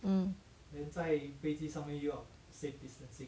mm